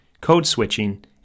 code-switching